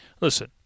listen